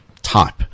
type